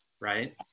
right